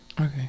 okay